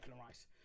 Rice